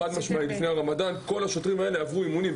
לפני הרמדאן כל השוטרים האלה עברו אימונים.